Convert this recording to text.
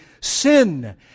sin